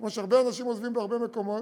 כמו שהרבה אנשים עוזבים בהרבה מקומות.